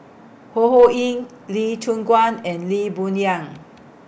Ho Ho Ying Lee Choon Guan and Lee Boon Yang